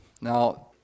Now